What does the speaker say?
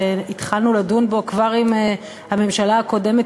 שהתחלנו לדון בו כבר עם הממשלה הקודמת,